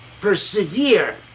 persevere